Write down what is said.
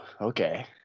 okay